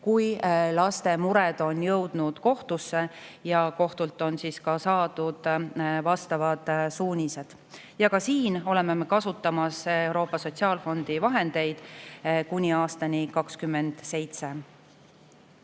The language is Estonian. kui laste mured on jõudnud kohtusse ja kohtult saadud vastavad suunised. Ka selleks kasutame Euroopa Sotsiaalfondi vahendeid kuni aastani 2027.